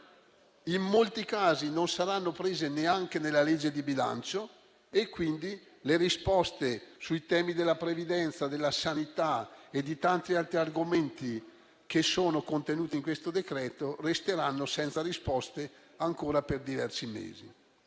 in molti casi non saranno prese neanche nella legge di bilancio e, quindi, le risposte sui temi della previdenza, della sanità e di tanti altri argomenti che sono contenuti in questo decreto resteranno senza risposte ancora per diversi mesi.